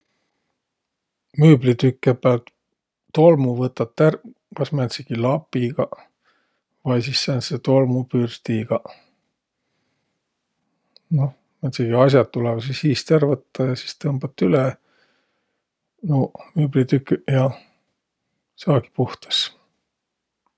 Müüblitükke päält tolmu võtar ärq kas määntsegi lapigaq vai sis sääntse tolmupürstigaq. Noh, määntsegi as'aq tulõvaq sis iist ärq võttaq ja sis tõmbat üle nuuq müüblitüküq ja saagi puhtas.